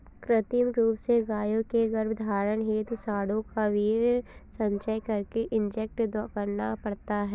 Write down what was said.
कृत्रिम रूप से गायों के गर्भधारण हेतु साँडों का वीर्य संचय करके इंजेक्ट करना पड़ता है